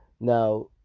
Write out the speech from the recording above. Now